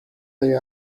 they